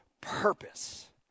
purpose